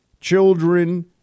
children